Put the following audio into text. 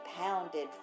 pounded